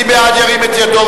מי בעד, ירים את ידו.